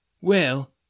Well